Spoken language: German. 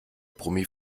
brummi